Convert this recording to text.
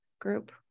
group